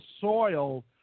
soil